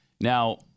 Now